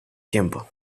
tiempo